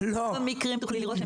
תוכלי לראות,